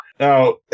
Now